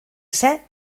ser